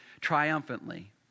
triumphantly